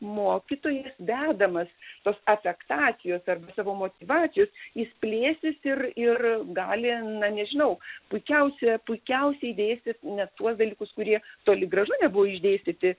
mokytojas vedamas tos ataktacijos arba savo motyvacijos jis plėsis ir ir gali na nežinau puikiausia puikiausiai dėstyt net tuos dalykus kurie toli gražu nebuvo išdėstyti